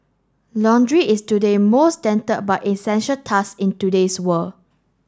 laundry is today most but essential task in today's world